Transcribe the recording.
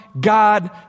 God